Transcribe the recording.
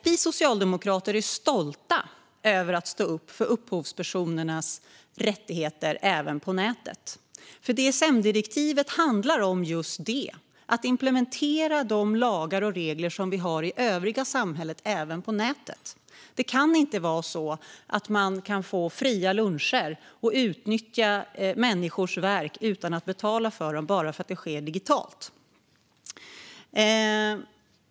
Vi socialdemokrater är stolta över att stå upp för upphovspersonernas rättigheter även på nätet, och DSM-direktivet handlar om just det - att implementera de lagar och regler vi har i övriga samhället även på nätet. Man ska inte kunna få fria luncher och utnyttja människors verk utan att betala för det bara för att det sker digitalt.